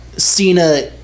Cena